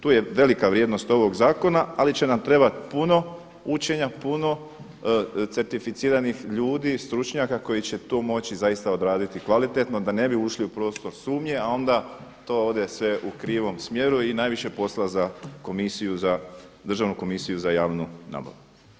Tu je velika vrijednost ovog zakona ali će nam trebati puno učenja, puno certificiranih ljudi, stručnjaka koji će to moći zaista odraditi kvalitetno da ne bi ušli u prostor sumnje a onda to ode sve u krivom smjeru i najviše posla za komisiju, za Državnu komisiju za javnu nabavu.